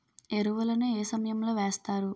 ఎరువుల ను ఏ సమయం లో వేస్తారు?